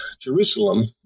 Jerusalem